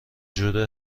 جوره